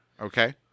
Okay